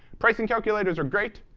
pricing calculators are great,